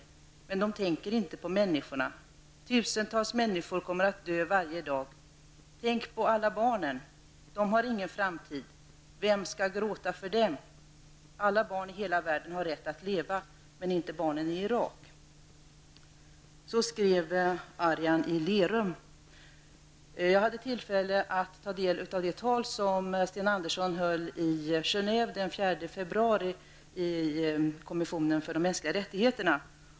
Men de tänker inte på människorna. Tusentals människor kommer att dö varje dag. Tänk på alla barnen. De har ingen framtid. Vem ska gråta för dem? Alla barn i världen har rätt att leva, men inte barnen i Irak.'' Så skrev Arian i Lerum. Jag hade tillfälle att ta del av det tal som Sten Andersson höll i Genève den 4 februari i kommissionen för de mänskliga rättigheterna.